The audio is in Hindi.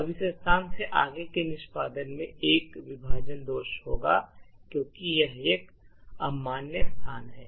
अब इस स्थान से आगे के निष्पादन में एक विभाजन दोष होगा क्योंकि यह एक अमान्य स्थान है